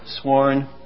sworn